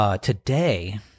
today